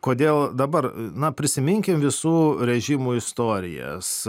kodėl dabar na prisiminkim visų režimų istorijas